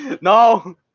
No